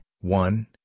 one